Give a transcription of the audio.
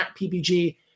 PPG